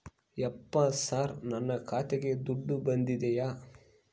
ಯಪ್ಪ ಸರ್ ನನ್ನ ಖಾತೆಗೆ ದುಡ್ಡು ಬಂದಿದೆಯ?